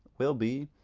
will be,